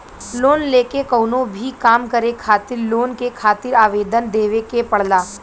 loan लेके कउनो भी काम करे खातिर लोन के खातिर आवेदन देवे के पड़ला